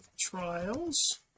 trials